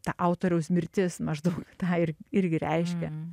ta autoriaus mirtis maždaug tą ir irgi reiškia